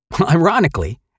Ironically